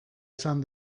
esan